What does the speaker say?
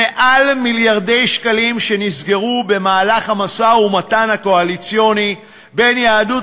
מיליארדי שקלים שנסגרו במהלך המשא-ומתן הקואליציוני בין יהדות